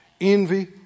envy